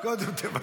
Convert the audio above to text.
קודם תבטלו.